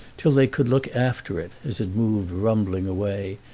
till they could look after it, as it moved rumbling away,